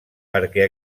perquè